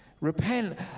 Repent